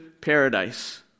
paradise